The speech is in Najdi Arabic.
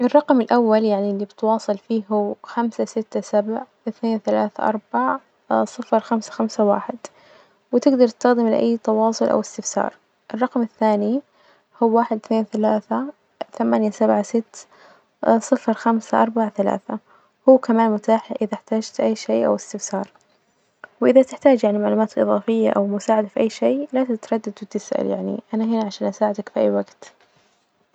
الرقم الأول يعني اللي بتواصل فيه هو خمسة، ستة، سبع، اثنين، ثلاثة، أربع صفر، خمسة، خمسة، واحد، وتجدر تستخدمه لأي تواصل أو إستفسار، الرقم الثاني هو واحد، اثنين، ثلاثة، ثمانية، سبعة، ست صفر، خمسة، أربعة، ثلاثة هو كمان متاح إذا إحتجت أي شيء أو إستفسار، واذا تحتاج يعني معلومات إضافية أو مساعدة في أي شيء لا تتردد وتسأل، يعني أنا هنا عشان أساعدك في أي وجت.